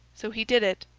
so, he did it,